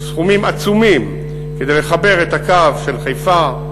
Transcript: סכומים עצומים כדי לחבר את הקו של חיפה,